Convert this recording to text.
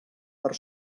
per